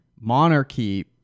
monarchy